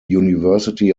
university